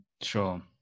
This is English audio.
Sure